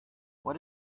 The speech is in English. what